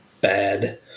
bad